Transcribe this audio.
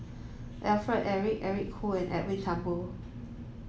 Alfred Eric Eric Khoo and Edwin Thumboo